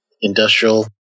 Industrial